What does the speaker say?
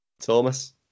Thomas